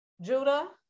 Judah